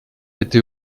été